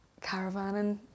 caravaning